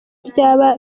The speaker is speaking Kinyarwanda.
byaba